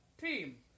team